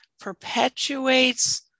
perpetuates